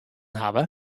hawwe